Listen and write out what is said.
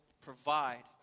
provide